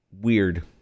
weird